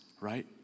right